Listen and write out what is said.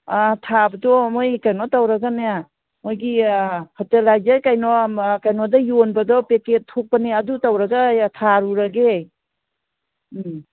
ꯊꯥꯕꯗꯣ ꯃꯣꯏ ꯀꯩꯅꯣ ꯇꯧꯔꯒꯅꯦ ꯃꯣꯏꯒꯤ ꯐꯔꯇꯤꯂꯥꯏꯖꯔ ꯀꯩꯅꯣ ꯀꯩꯅꯣꯗ ꯌꯣꯟꯕꯗꯣ ꯄꯦꯛꯀꯦꯠ ꯊꯣꯛꯄꯅꯦ ꯑꯗꯨ ꯇꯧꯔꯒ ꯊꯥꯔꯨꯔꯒꯦ ꯎꯝ